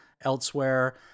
elsewhere